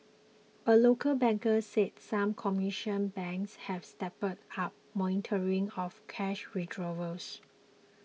a local banker said some commercial banks have stepped up monitoring of cash withdrawals